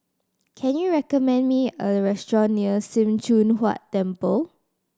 can you recommend me a restaurant near Sim Choon Huat Temple